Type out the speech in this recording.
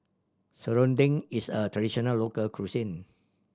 serunding is a traditional local cuisine